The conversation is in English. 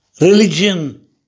Religion